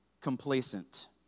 complacent